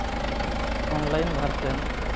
online version